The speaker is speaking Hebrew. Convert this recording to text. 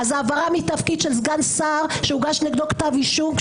אז העברה מתפקיד של סגן שר שהוגש נגדו כתב אישום,